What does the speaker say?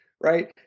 right